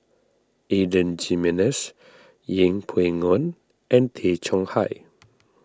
Adan Jimenez Yeng Pway Ngon and Tay Chong Hai